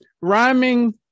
Rhyming